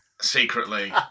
secretly